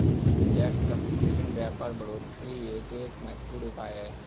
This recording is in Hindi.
टैक्स कंपटीशन व्यापार बढ़ोतरी हेतु एक महत्वपूर्ण उपाय है